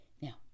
Now